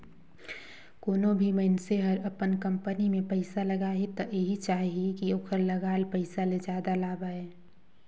कोनों भी मइनसे हर अपन कंपनी में पइसा लगाही त एहि चाहही कि ओखर लगाल पइसा ले जादा लाभ आये